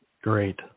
Great